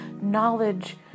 knowledge